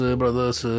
brothers